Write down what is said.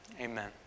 Amen